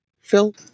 Phil